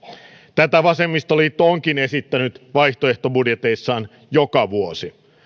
tätä vasemmistoliitto onkin esittänyt vaihtoehtobudjeteissaan joka vuosi